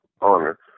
honor